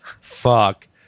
fuck